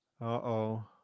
Uh-oh